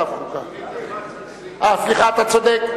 אתה צודק.